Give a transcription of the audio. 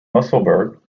musselburgh